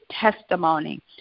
testimony